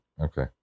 okay